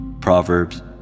Proverbs